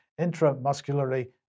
intramuscularly